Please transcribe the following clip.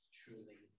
truly